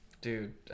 Dude